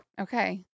Okay